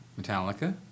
Metallica